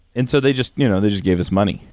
and so they just you know they just gave us money,